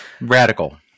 radical